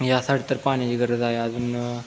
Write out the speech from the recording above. यासाठी तर पाण्याची गरज आहे अजून